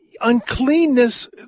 Uncleanness